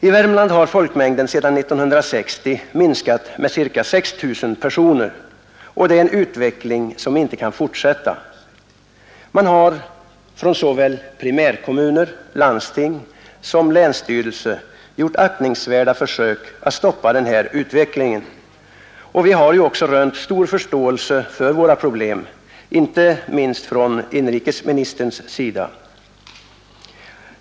I Värmland har folkmängden sedan 1960 minskat med ca 6 000 personer, och det är en utveckling som inte kan fortsätta. Såväl primärkommuner, landsting som länsstyrelse har gjort aktningsvärda försök att stoppa den här utvecklingen. Vi har också rönt stor förståelse för våra problem, inte minst från inrikesministerns sida.